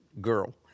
girl